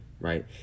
right